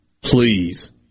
please